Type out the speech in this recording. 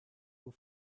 who